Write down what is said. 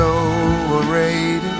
overrated